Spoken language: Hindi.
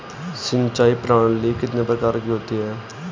सिंचाई प्रणाली कितने प्रकार की होती हैं?